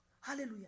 Hallelujah